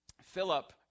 Philip